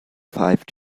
five